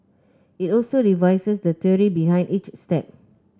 it also revises the theory behind each step